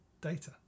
data